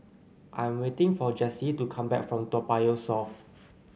I am waiting for Jessy to come back from Toa Payoh South